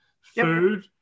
food